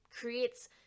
creates